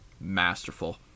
masterful